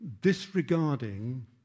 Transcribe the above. disregarding